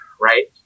right